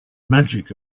magic